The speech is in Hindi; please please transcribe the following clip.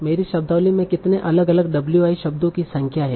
मेरी शब्दावली में कितने अलग अलग w i शब्दों की संख्या है